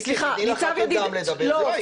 מיקי, תני לח"כים גם לדבר וזה לא יקרה.